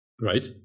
Right